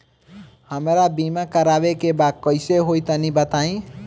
हमरा बीमा करावे के बा कइसे होई तनि बताईं?